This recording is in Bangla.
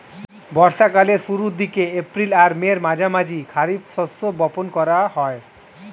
বর্ষা কালের শুরুর দিকে, এপ্রিল আর মের মাঝামাঝি খারিফ শস্য বপন করা হয়